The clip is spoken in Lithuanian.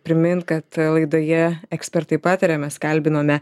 primint kad laidoje ekspertai pataria mes kalbinome